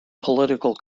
political